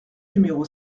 numéro